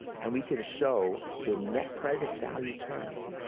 and we can show in net present value terms,